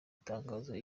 itangazo